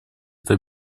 это